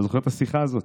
אתה זוכר את השיחה הזאת?